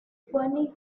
funny